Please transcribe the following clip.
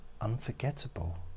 unforgettable